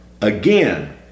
again